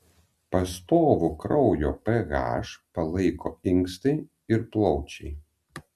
pastovų kraujo ph palaiko inkstai ir plaučiai